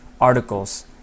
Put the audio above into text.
articles